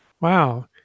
Wow